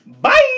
bye